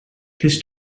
this